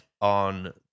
on